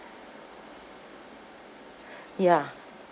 ya